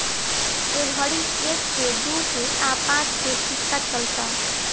ए घड़ी एक के, दू के आ पांच के सिक्का चलता